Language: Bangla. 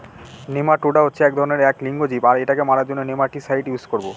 নেমাটোডা হচ্ছে এক ধরনের এক লিঙ্গ জীব আর এটাকে মারার জন্য নেমাটিসাইড ইউস করবো